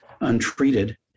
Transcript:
untreated